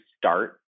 start